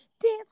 dance